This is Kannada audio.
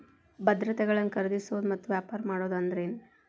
ಭದ್ರತೆಗಳನ್ನ ಖರೇದಿಸೋದು ಮತ್ತ ವ್ಯಾಪಾರ ಮಾಡೋದ್ ಅಂದ್ರೆನ